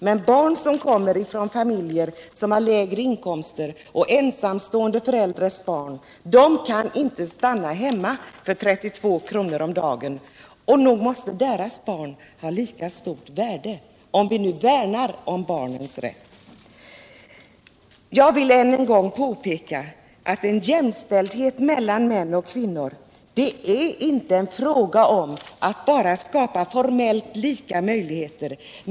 Men familjer med lägre inkomster och ensamstående föräldrar kan inte stanna hemma för 32 kr. om dagen. Nog måste de barnen ha lika stort värde, om vi nu värnar om barnens rätt. Jag vill än en gång påpeka att jämställdhet mellan män och kvinnor inte är en fråga om att bara skapa formellt lika möjligheter.